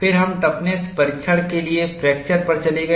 फिर हम टफ़्नस परीक्षण के लिए फ्रैक्चर पर चले गए